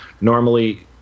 Normally